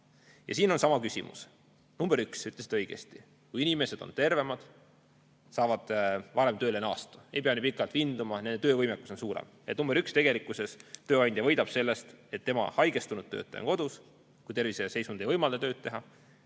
Siin on sama küsimus. Esiteks, te ütlesite õigesti: kui inimesed on tervemad, siis nad saavad varem tööle naasta, ei pea nii pikalt vinduma ja nende töövõimekus on suurem. Tegelikkuses tööandja võidab sellest, et tema haigestunud töötaja on kodus, kui ta terviseseisund ei võimalda tööd teha,